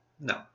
No